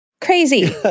Crazy